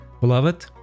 beloved